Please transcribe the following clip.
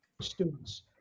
students